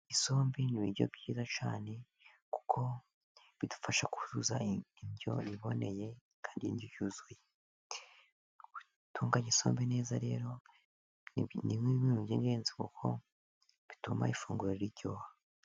Isombe ni ibiryo byiza cyane, kuko bidufasha kuzuza indyo iboneye kandi indyo yuzuye. Gutunganya isombe neza rero, ni bimwe mu bintu by'ingenzi kuko bituma ifunguro riryoha.